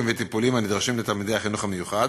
וטיפוליים הנדרשים לתלמידי החינוך המיוחד